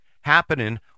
happening